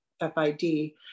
F-I-D